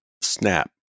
snap